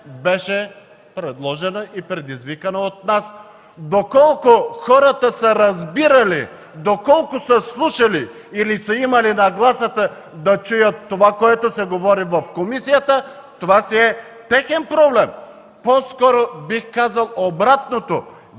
беше предложена и предизвикана от нас. Доколко хората са разбирали, доколко са слушали или са имали нагласата да чуят това, което се говори в комисията, това си е техен проблем. По-скоро бих казал обратното